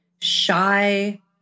shy